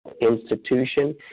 institution